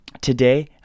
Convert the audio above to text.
Today